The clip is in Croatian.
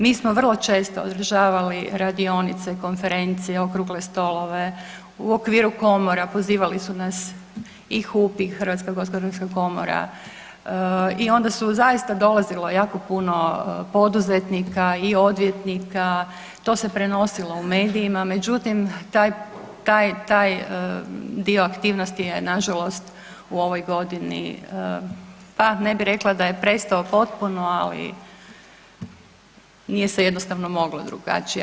Mi smo vrlo često održavali radionice, konferencije, okrugle stolove, u okviru komora, pozivali su nas i HUP i HGK, i onda su zaista dolazilo jako puno poduzetnika i odvjetnika, to se prenosilo u medijima, međutim taj dio aktivnosti je nažalost u ovoj godini, pa ne bi rekla da je prestao potpuno ali nije se jednostavno moglo drugačije.